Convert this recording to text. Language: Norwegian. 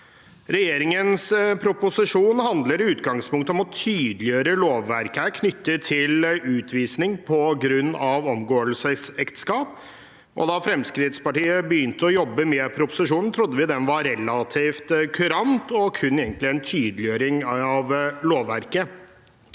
Regjeringens proposisjon handler i utgangspunktet om å tydeliggjøre lovverket knyttet til utvisning på grunn av omgåelsesekteskap. Da Fremskrittspartiet begynte å jobbe med proposisjonen, trodde vi den var relativt kurant og egentlig kun en tydeliggjøring av lovverket,